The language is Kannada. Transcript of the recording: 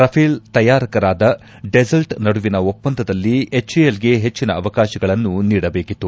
ರಫೇಲ್ ತಯಾರಕರಾದ ಡೆಸಲ್ಸ್ ನಡುವಿನ ಒಪ್ಪಂದದಲ್ಲಿ ಎಚ್ಎಎಲ್ಗೆ ಹೆಚ್ಚಿನ ಅವಕಾಶಗಳನ್ನು ನೀಡಬೇಕಿತ್ತು